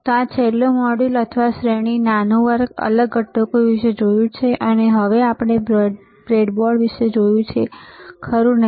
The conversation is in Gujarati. તો છેલ્લું મોડ્યુલ અથવા શ્રેણી નાનું વર્ગ અલગ ઘટકો વિશે જોયું છે અને આપણે બ્રેડબોર્ડ વિશે જોયું છે ખરું ને